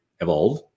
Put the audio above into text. evolve